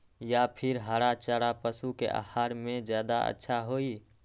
या फिर हरा चारा पशु के आहार में ज्यादा अच्छा होई?